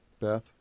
Beth